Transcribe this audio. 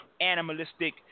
animalistic